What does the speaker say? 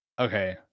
okay